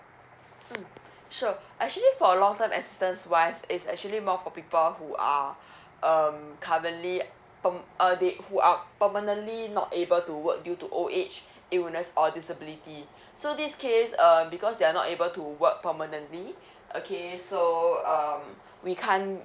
mm sure actually for long term assistance wise is actually more for people who are um currently perm~ uh they who are permanently not able to work due to old age illness or disability so this case uh because they are not able to work permanently okay so um we can't